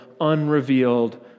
unrevealed